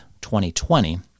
2020